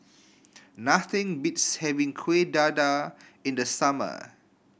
nothing beats having Kueh Dadar in the summer